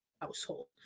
household